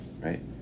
right